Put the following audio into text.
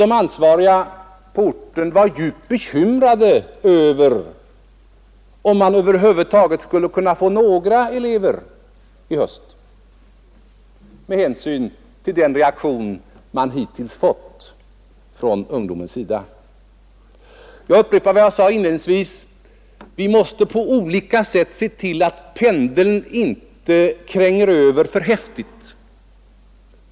De ansvariga på orten var med hänsyn till den reaktion de hittills fått från ungdomarna djupt bekymrade över om de över huvud taget skulle kunna få några elever till denna utbildning i höst. Jag upprepar vad jag sade inledningsvis. Vi måste på olika sätt se till att pendeln inte svänger över för häftigt.